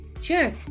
Sure